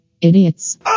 Idiots